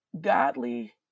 godly